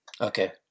Okay